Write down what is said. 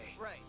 Right